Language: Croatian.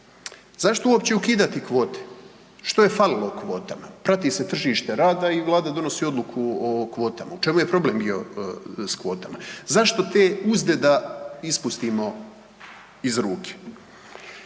Zašto uopće ukidati kovte? Što je falilo kvotama? Prati se tržište rada i Vlada donosi odluku o kvotama. U čemu je problem bio s kvotama? Zašto te uzde da ispustimo iz ruke?